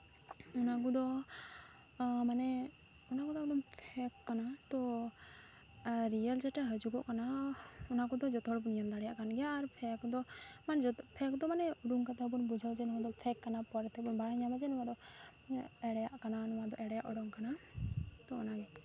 ᱚᱱᱟ ᱠᱚᱫᱚ ᱢᱟᱱᱮ ᱚᱱᱟ ᱠᱚᱫᱚ ᱯᱷᱮᱠ ᱠᱟᱱᱟ ᱛᱚ ᱨᱤᱭᱮᱞ ᱡᱮᱴᱟ ᱦᱤᱡᱩᱜᱚᱜ ᱠᱟᱱᱟ ᱚᱱᱟ ᱠᱚᱫᱚ ᱡᱚᱛᱚ ᱦᱚᱲ ᱵᱚᱱ ᱧᱮᱞ ᱫᱟᱲᱮᱭᱟᱜ ᱠᱟᱱ ᱜᱮᱭᱟ ᱟᱨ ᱯᱷᱮᱠ ᱫᱚ ᱡᱚᱛᱚ ᱯᱷᱮᱠ ᱫᱚ ᱢᱟᱱᱮ ᱩᱨᱩᱢ ᱠᱟᱫᱟ ᱵᱚᱱ ᱵᱩᱡᱷᱟᱹᱣᱟ ᱡᱮ ᱱᱚᱣᱟ ᱫᱚ ᱯᱷᱮᱠ ᱠᱟᱱᱟ ᱯᱚᱨᱮ ᱛᱮᱵᱚᱱ ᱵᱟᱲᱟᱭ ᱧᱟᱢᱟ ᱡᱮ ᱱᱚᱣᱟ ᱫᱚ ᱢᱟᱱᱮ ᱮᱲᱮᱭᱟᱜ ᱠᱟᱱᱟ ᱱᱚᱣᱟᱫᱚ ᱮᱲᱮᱭᱟᱜ ᱚᱰᱚᱠ ᱠᱟᱱᱟ ᱛᱚ ᱚᱱᱟᱜᱮ